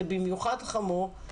זה במיוחד חמור,